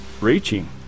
reaching